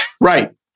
Right